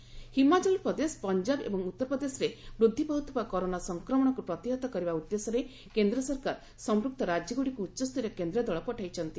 special team Himachal Pradesh Punjab ଏବଂ ଉତ୍ତର ପ୍ରଦେଶରେ ବୃଦ୍ଧି ପାଉଥିବା କରୋନା ସଂକ୍ରମଣକୁ ପ୍ରତିହତ କରିବା ଉଦ୍ଦେଶ୍ୟରେ କେନ୍ଦ୍ର ସରକାର ସମ୍ପୁକ୍ତ ରାଜ୍ୟଗୁଡ଼ିକୁ ଉଚ୍ଚସ୍ତରୀୟ କେନ୍ଦ୍ରୀୟ ଦଳ ପଠାଇଛନ୍ତି